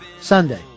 Sunday